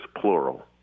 plural